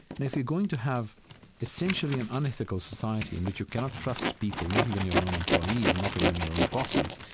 and if you're going to have essentially an unethical society in which you cannot trust people, not even your own employees and not even your own bosses,